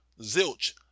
Zilch